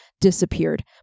disappeared